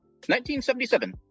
1977